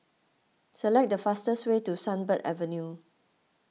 select the fastest way to Sunbird Avenue